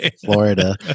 florida